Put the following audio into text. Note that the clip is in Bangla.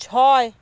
ছয়